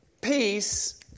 peace